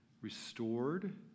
restored